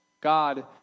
God